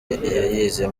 yayize